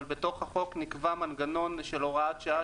אבל בתוך החוק נקבע מנגנון של הוראת שעה